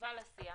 מקשיבה לשיח